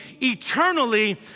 eternally